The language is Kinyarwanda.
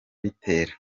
bitera